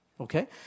Okay